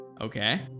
Okay